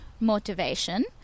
Motivation